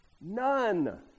None